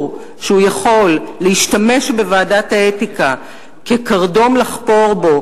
שהוא יכול להשתמש בוועדת האתיקה כקרדום לחפור בו